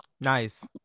Nice